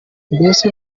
mbese